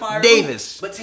Davis